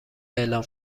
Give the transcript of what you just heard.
اعلام